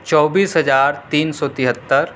چوبیس ہزار تین سو تہتر